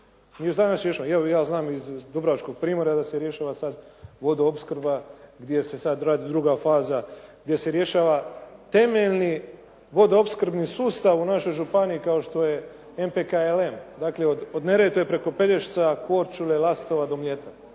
ja znam iz dubrovačkog primorja da se rješava sad vodoopskrba gdje se sad radi druga faza, gdje se rješava temeljni vodoopskrbni sustav u našoj županiji kao što je MPKLM, dakle od Neretve preko Pelješca, Korčule, Lastova do Mljeta.